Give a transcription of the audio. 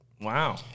Wow